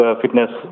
fitness